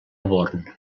born